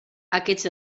aquests